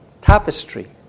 tapestry